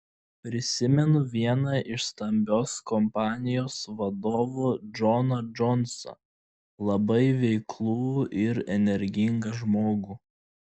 prisimenu vieną iš stambios kompanijos vadovų džoną džonsą labai veiklų ir energingą žmogų